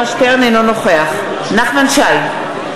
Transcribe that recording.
אינו נוכח נחמן שי,